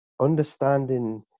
understanding